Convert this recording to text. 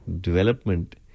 Development